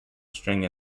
string